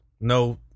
No